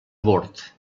bord